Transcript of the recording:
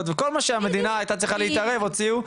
וכל מה שהמדינה הייתה צריכה להתערב הוציאו.